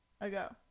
ago